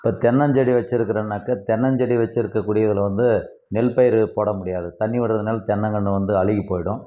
இப்போ தென்னஞ்செடி வச்சிருக்குறேனாக்கா தென்னஞ்செடி வச்சிருக்கக்கூடிய இதில் வந்து நெல்பயிர் போட முடியாது தண்ணி விடுகிறதுனால தென்னங்கன்று வந்து அழுகி போய்டும்